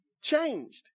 changed